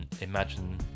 imagine